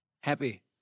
happy